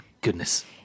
goodness